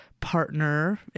partner